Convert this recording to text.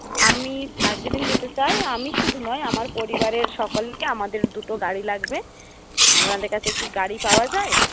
আমি দার্জিলিং যেতে চাই আমি শুধু নয় আমার পরিবারের সকলে আমাদের দুটো গাড়ি লাগবে আপনাদের কাছে কি গাড়ি পাওয়া যায়